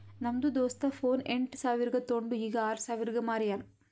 ನಮ್ದು ದೋಸ್ತ ಫೋನ್ ಎಂಟ್ ಸಾವಿರ್ಗ ತೊಂಡು ಈಗ್ ಆರ್ ಸಾವಿರ್ಗ ಮಾರ್ಯಾನ್